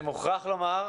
אני מוכרח לומר,